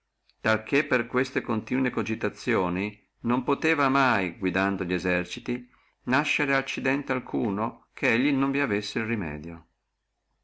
che per queste continue cogitazioni non posseva mai guidando li eserciti nascere accidente alcuno che lui non avessi el remedio